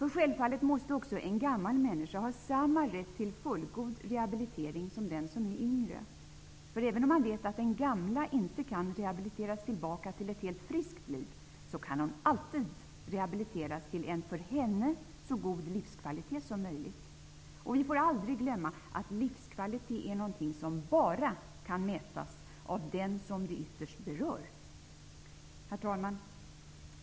Självfallet måste en gammal människa ha samma rätt till fullgod rehabilitering som den som är yngre. Även om man vet att den gamla inte kan rehabiliteras tillbaka till ett helt friskt liv, kan hon alltid rehabiliteras till en för henne så god livskvalitet som möjligt. Vi får aldrig glömma att livskvalitet är något som bara kan mätas av den som det ytterst berör. Herr talman!